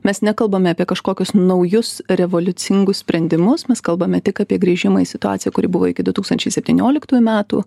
mes nekalbame apie kažkokius naujus revoliucingus sprendimus mes kalbame tik apie grįžimą į situaciją kuri buvo iki du tūkstančiai septynioliktų metų